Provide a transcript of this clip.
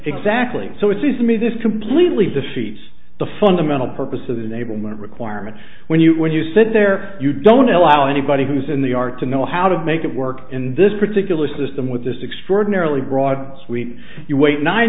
exactly so it sees me this completely defeats the fundamental purpose of enablement requirement when you when you sit there you don't allow anybody who's in the art to know how to make it work in this particular system with this extraordinarily broad sweep you wait nine